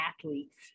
athletes